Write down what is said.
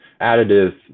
additives